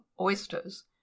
oysters